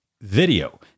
video